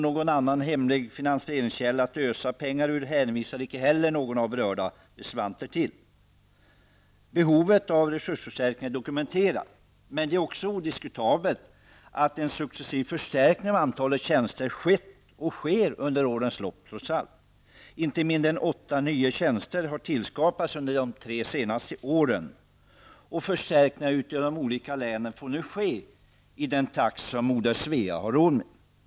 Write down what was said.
Någon annan hemlig finansieringskälla att ösa pengar ur hänvisar icke någon av de berörda reservanterna till. Behovet av resursförstärkning är dokumenterat. Men det är också odiskutabelt att en successiv förstärkning av antalet tjänster trots allt sker och har skett under årens lopp. Inte mindre än åtta nya tjänster har tillskapats under de tre senaste åren. Förstärkningar ute i de olika länen får nu ske i den takt som moder Svea har råd med.